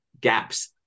gaps